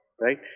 right